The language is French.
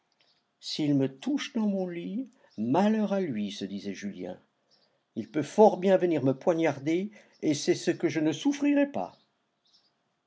s'il me touche dans mon lit malheur à lui se disait julien il peut fort bien venir me poignarder et c'est ce que je ne souffrirai pas